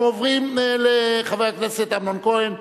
אנחנו עוברים לחבר הכנסת אמנון כהן,